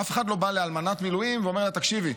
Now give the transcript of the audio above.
אף אחד לא בא לאלמנת מילואים ואומר לה: תקשיבי,